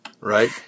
right